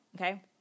okay